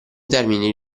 termini